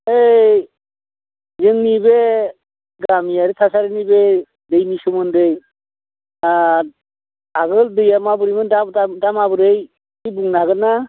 ओइ जोंनि बे गामियारि थासारिनि बे दैनि सोमोन्दै आगोल दैया माबोरैमोन दा दा दा माबोरै एसे बुंनो हागोन ना